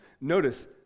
Notice